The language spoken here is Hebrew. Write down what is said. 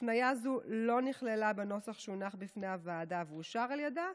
הפניה זו לא נכללה בנוסח שהונח בפני הוועדה ואושר על ידה,